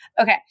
Okay